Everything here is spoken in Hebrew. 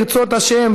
ברצות השם,